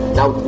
Now